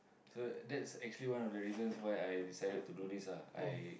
so that's actually one of the reasons why i decided to do this ah I